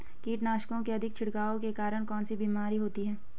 कीटनाशकों के अत्यधिक छिड़काव के कारण कौन सी बीमारी होती है?